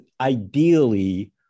ideally